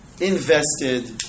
invested